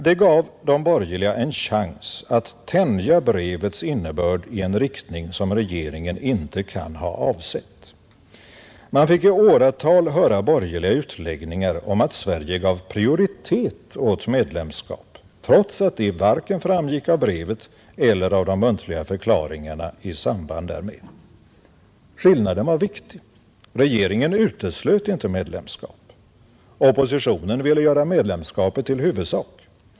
Det gav de borgerliga en chans att tänja brevets innebörd i en riktning som regeringen inte kan ha avsett. Man fick i åratal höra borgerliga utläggningar om att Sverige gav prioritet åt medlemskap, trots att det varken framgick av brevet eller av de muntliga förklaringarna i samband därmed. Skillnaden var viktig. Regeringen uteslöt inte medlemskap. Oppositionen ville göra medlemskapet till huvudsak.